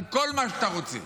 על כל מה שאתה רוצה.